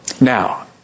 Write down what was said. Now